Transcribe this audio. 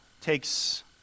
takes